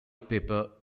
pepper